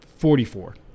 Forty-four